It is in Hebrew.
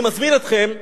אני מזמין אתכם,